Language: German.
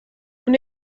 und